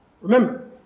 Remember